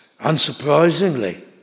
Unsurprisingly